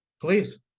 please